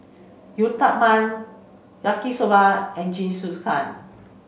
Uthapam Yaki soba and Jingisukan